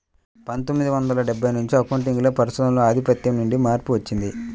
పందొమ్మిది వందల డెబ్బై నుంచి అకౌంటింగ్ లో పరిశోధనల ఆధిపత్యం నుండి మార్పు వచ్చింది